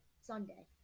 sunday